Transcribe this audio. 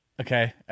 Okay